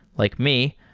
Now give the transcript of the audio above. like me,